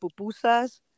pupusas